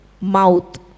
mouth